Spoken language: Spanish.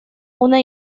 una